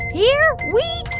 here we